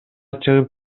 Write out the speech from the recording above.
чыгып